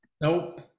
Nope